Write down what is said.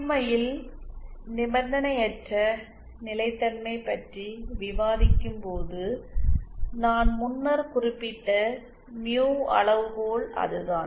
உண்மையில் நிபந்தனையற்ற நிலைத்தன்மை பற்றி விவாதிக்கும் போது நான் முன்னர் குறிப்பிட்ட மியூ அளவுகோல் அதுதான்